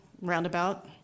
Roundabout